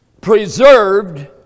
preserved